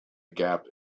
gap